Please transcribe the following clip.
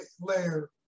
layer